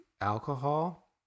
alcohol